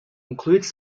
includes